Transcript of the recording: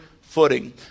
footing